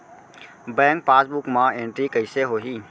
Bank passbook मा entry कइसे होही?